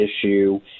issue